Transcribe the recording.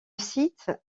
site